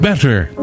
Better